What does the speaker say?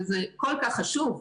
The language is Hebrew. זה כל כך חשוב,